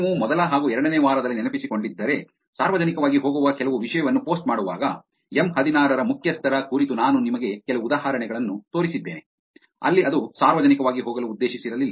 ನೀವು ಮೊದಲ ಹಾಗೂ ಎರಡನೇ ವಾರದಲ್ಲಿ ನೆನಪಿಸಿಕೊಂಡಿದ್ದರೆ ಸಾರ್ವಜನಿಕವಾಗಿ ಹೋಗುವ ಕೆಲವು ವಿಷಯವನ್ನು ಪೋಸ್ಟ್ ಮಾಡುವಾಗ ಎಂ೧೬ ಮುಖ್ಯಸ್ಥರ ಸಮಯವನ್ನು ಉಲ್ಲೇಖಿಸಿ 0644 ಕುರಿತು ನಾನು ನಿಮಗೆ ಕೆಲವು ಉದಾಹರಣೆಗಳನ್ನು ತೋರಿಸಿದ್ದೇನೆ ಅಲ್ಲಿ ಅದು ಸಾರ್ವಜನಿಕವಾಗಿ ಹೋಗಲು ಉದ್ದೇಶಿಸಿರಲಿಲ್ಲ